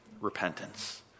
repentance